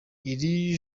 iri